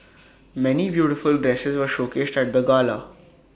many beautiful dresses were showcased at the gala